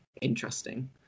interesting